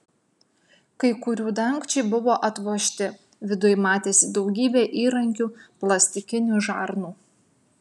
kai kurių dangčiai buvo atvožti viduj matėsi daugybė įrankių plastikinių žarnų